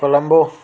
Colombo